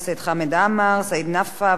סעיד נפאע וגאלב מג'אדלה.